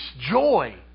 joy